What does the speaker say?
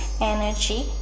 energy